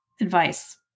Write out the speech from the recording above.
advice